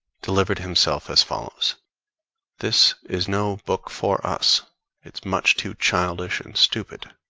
delivered himself as follows this is no book for us it's much too childish and stupid.